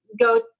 go